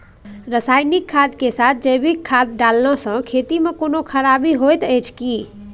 रसायनिक खाद के साथ जैविक खाद डालला सॅ खेत मे कोनो खराबी होयत अछि कीट?